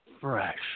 Fresh